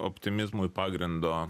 optimizmui pagrindo